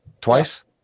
Twice